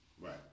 Right